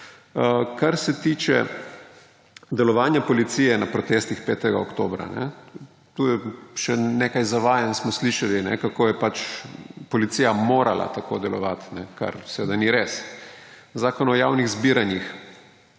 Kar se tiče delovanja policije na protestih 5. oktobra, tu je še nekaj zavajanj, smo slišali, kako je pač policija morala tako delovati, kar seveda ni res. Zakon o javnih zbiranjih